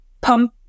pump